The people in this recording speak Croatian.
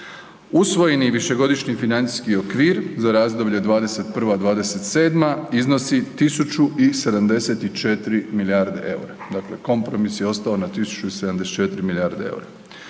Usvojeni višegodišnji financijski okvir za razdoblje 20121.-2027. iznosi tisuću i 74 milijarde eura, dakle kompromis je ostao na tisuću i 74 milijarde eura,